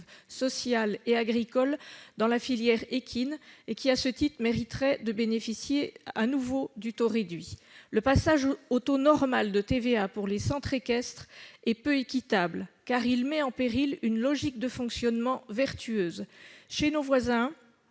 sociale et agricole dans la filière équine et qui, à ce titre, mériterait de bénéficier de nouveau du taux réduit. Le passage au taux normal de TVA pour les centres équestres est peu équitable, car il met en péril une logique de fonctionnement vertueuse : chez nos voisins,